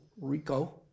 Rico